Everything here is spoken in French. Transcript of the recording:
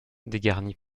dégarni